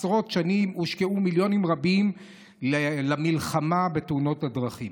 עשרות שנים הושקעו מיליונים רבים במלחמה בתאונות הדרכים.